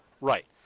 Right